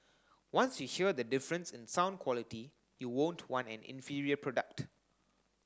once you hear the difference in sound quality you won't want an inferior product